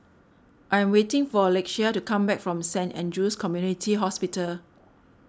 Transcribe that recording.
I'm waiting for Lakeshia to come back from Saint andrew's Community Hospital